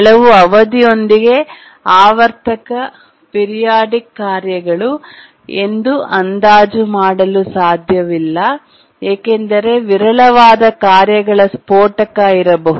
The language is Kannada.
ಕೆಲವು ಅವಧಿಯೊಂದಿಗೆ ಆವರ್ತಕ ಪೀರಿಯೋಡಿಕ ಕಾರ್ಯಗಳು ಎಂದು ಅಂದಾಜು ಮಾಡಲು ಸಾಧ್ಯವಿಲ್ಲ ಏಕೆಂದರೆ ವಿರಳವಾದ ಕಾರ್ಯಗಳ ಸ್ಫೋಟಕ ಇರಬಹುದು